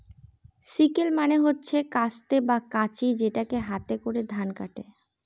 sickle মানে হচ্ছে কাস্তে বা কাঁচি যেটাকে হাতে করে ধান কাটে